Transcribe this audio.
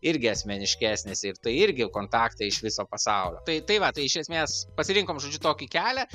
irgi asmeniškesnis ir tai irgi kontaktai iš viso pasaulio tai tai va tai iš esmės pasirinkom žodžiu tokį kelią